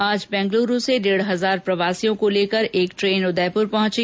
आज बैंगलुरू से डेढ हजार प्रवासियों को लेकर एक ट्रेन उदयपुर पहुंची